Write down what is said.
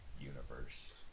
universe